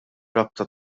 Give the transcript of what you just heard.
rabta